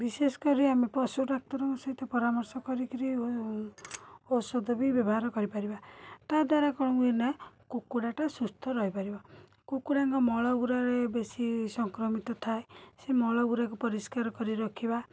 ବିଶେଷକରି ଆମେ ପଶୁଡାକ୍ତରଙ୍କ ସହିତ ପରାମର୍ଶକରିକିରି ଔଷଧ ବି ବ୍ୟବହାର କରିପାରିବା ତାଦ୍ଵାରା କ'ଣ ହୁଏନା କୁକୁଡ଼ାଟା ସୁସ୍ଥ ରହିପାରିବ କୁକୁଡ଼ାଙ୍କ ମଳଗୁରାରେ ବେଶୀ ସଂକ୍ରମିତ ଥାଏ ସେ ମଳଗୁରାକ ପରିସ୍କାର କରିରଖିବା